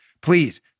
Please